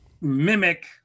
mimic